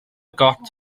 got